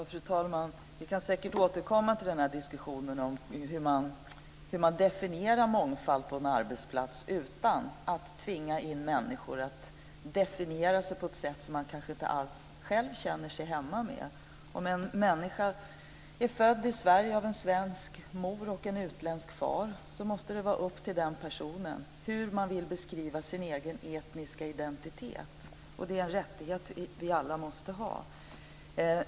Fru talman! Vi kan säkert återkomma till diskussionen om hur man definierar mångfald på en arbetsplats utan att tvinga människor att definiera sig på ett sätt som de kanske inte alls själva känner sig hemma med. Om en person är född i Sverige och har en svensk mor och en utländsk far måste det vara upp till den personen att beskriva sin egen etniska identitet. Det är en rättighet som vi alla måste ha.